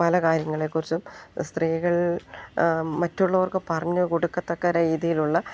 പല കാര്യങ്ങളെക്കുറിച്ചും സ്ത്രീകൾ മറ്റുള്ളവർക്ക് പറഞ്ഞു കൊടുക്കത്തക്ക രീതിയിലുള്ള